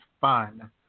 fun